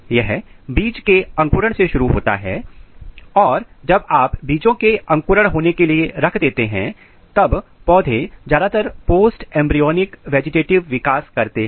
यह बीज के अंकुरण से शुरू होता है और जब आप बीजों को अंकुरण होने के लिए रख देते हैं तब पौधे ज्यादातर पोस्ट एंब्रीयॉनिक वेजिटेटिव विकास करते हैं